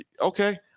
okay